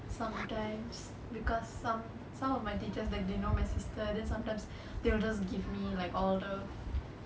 sometimes because some some of my teachers like they know my sister then sometimes they will just give me like all the